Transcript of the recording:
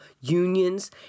unions